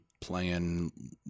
playing